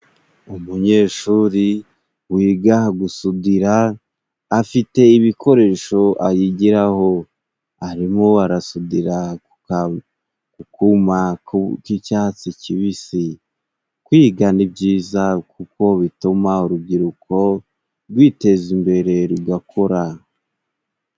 Umunyeshuri wiga gusudira afite ibikoresho ayigiraho arimo arasudira akuma k'icyatsi kibisi, kwiga ni byiza kuko bituma urubyiruko rwiteza imbere rugakora.